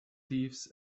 thieves